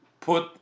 put